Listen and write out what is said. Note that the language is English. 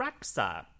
Rexa